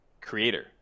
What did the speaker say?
creator